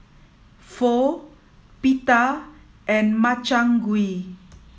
Pho Pita and Makchang Gui